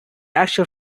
actual